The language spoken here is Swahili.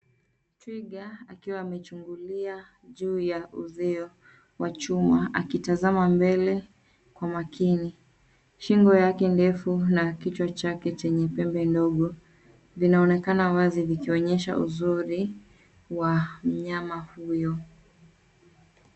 Twiga akiwa amechungulia juu ya uzio wa chuma akitazama mbele kwa makini. Shingo lake ndefu na kichwa chake chenye pembe ndogo kinaonekana wazi ikionyesha uzuri wa mnyama huyo.